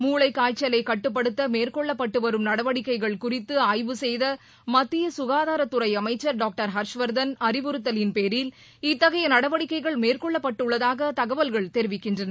மூளை காய்ச்சலை கட்டுப்படுத்த மேற்கொள்ளப்பட்டு வரும் நடவடிக்கைகள் குறித்து ஆய்வு செய்த மத்திய சுகாதாரத்துறை அமைச்சர் டாக்டர் ஹர்ஷ்வர்தன் அறிவுறுத்தலின் பேரில் இத்தகைய நடவடிக்கைகள் மேற்கொள்ளப்பட்டுள்ளதாக தகவல்கள் தெரிவிக்கின்றன